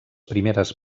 primeres